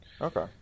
Okay